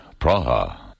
Praha